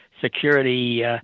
security